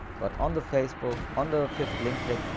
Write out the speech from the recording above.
but on the facebook on the fifth link click,